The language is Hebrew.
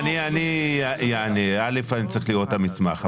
ראשית, אני צריך לראות את המסמך.